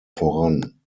voran